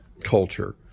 culture